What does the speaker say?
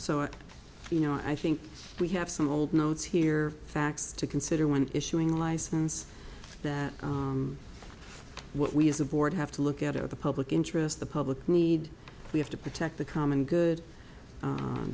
so you know i think we have some old notes here facts to consider when issuing license that what we as a board have to look at are the public interest the public need we have to protect the common good